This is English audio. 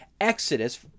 exodus